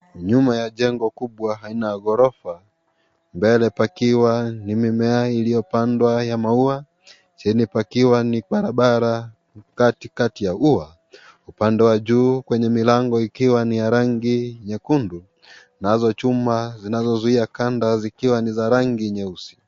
Nyuma ya jengo kubwa aina ya ghorofa mbele pakiwa ni mimea iliyopandwa ya maua chini pakiwa ni barabara kati kati ya ua upande wa juu kwenye milango ikiwa ni ya rangi nyekundu, nazo chuma zinazozuia kanda zikiwa ni za rangi nyeusi.